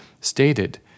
stated